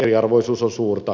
eriarvoisuus on suurta